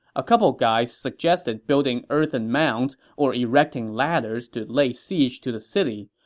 a couple guys suggested building earthen mounds or erecting ladders to lay siege to the city,